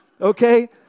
Okay